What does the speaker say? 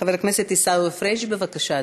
חבר הכנסת עיסאווי פריג' בבקשה,